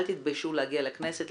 אל תתביישו להגיע לכנסת,